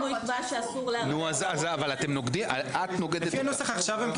אם הוא יקבע שאסור ל --- את נוגדת את ה --- לא,